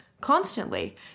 Constantly